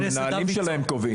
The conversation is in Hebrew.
המנהלים שלהם קובעים.